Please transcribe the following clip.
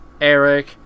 Eric